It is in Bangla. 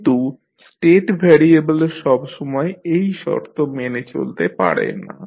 কিন্তু স্টেট ভ্যারিয়েবল সব সময় এই শর্ত মেনে চলতে পারে না